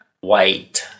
white